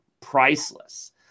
priceless